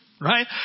right